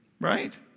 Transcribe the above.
right